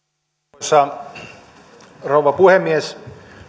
arvoisa rouva puhemies